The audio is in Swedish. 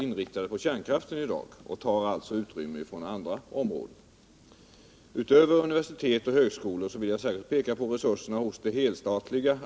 Huvuddelen av den statligt finansierade energiforskningen bedrivs i dag vid våra universitet och högskolor och denna ordning torde komma att gälla också för framtiden.